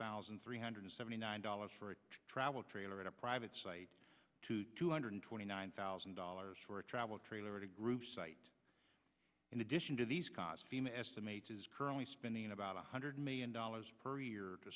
thousand three hundred seventy nine dollars for a travel trailer at a private site to two hundred twenty nine thousand dollars for a travel trailer at a group site in addition to these cars fema estimates is currently spending about one hundred million dollars per year to